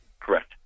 Correct